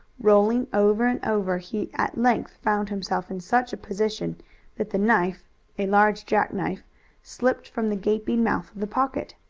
rolling over and over, he at length found himself in such a position that the knife a large jackknife slipped from the gaping mouth of the pocket.